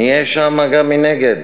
נהיה שם גם מנגד